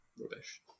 rubbish